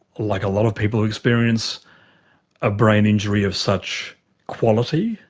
like a lot of people who experience a brain injury of such quality,